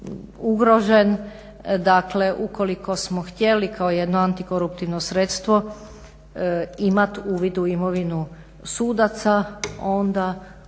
ugrožen, dakle ukoliko smo htjeli kao jedno antikoruptivno sredstvo imat uvid u imovinu sudaca onda